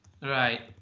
right